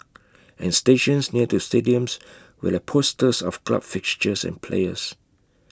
and stations near to stadiums will have posters of club fixtures and players